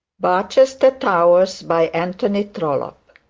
barchester towers, by anthony trollope